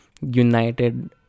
united